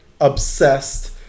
obsessed